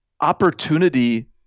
opportunity